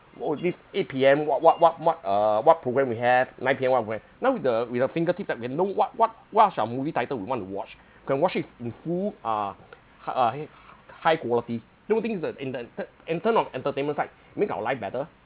O_G eight P_M what what what what uh what programme we have nine P_M what programme now with the with your fingertips right we can know what what what's are movie title we want to watch we can watch it with who are hi~ uh high quality don't you think is the in the ter~ in term of entertainment side make our life better